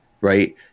right